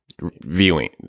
viewing